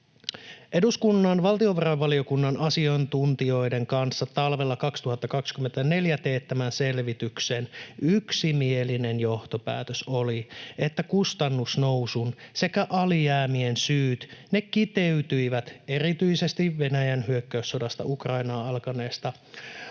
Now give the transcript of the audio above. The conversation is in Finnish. Eduskunnan valtiovarainvaliokunnan asiantuntijoiden kanssa talvella 2024 teettämän selvityksen yksimielinen johtopäätös oli, että kustannusnousun sekä alijäämien syyt kiteytyivät erityisesti Venäjän hyökkäyssodasta Ukrainaan alkaneeseen